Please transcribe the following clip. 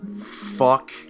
fuck